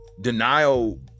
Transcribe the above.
denial